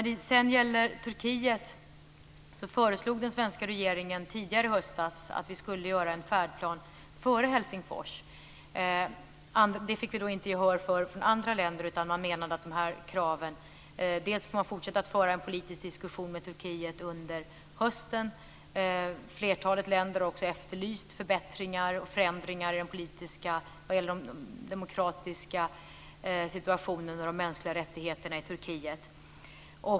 Den svenska regeringen föreslog tidigare i höstas att vi skulle göra en färdplan för Turkiet före Helsingforsmötet. Det fick vi inte gehör för från andra länder. Man menade att man måste fortsätta att föra en politisk diskussion med Turkiet under hösten. Flertalet länder har efterlyst förbättringar och förändringar i den demokratiska situationen och med de mänskliga rättigheterna i Turkiet.